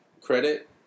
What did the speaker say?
credit